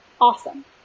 awesome